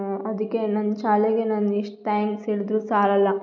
ಅದಕ್ಕೆ ನನ್ನ ಶಾಲೆಗೆ ನಾನು ಎಷ್ಟು ತ್ಯಾಂಕ್ಸ್ ಹೇಳಿದ್ರೂ ಸಾಲಲ್ಲ